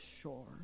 sure